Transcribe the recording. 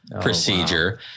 procedure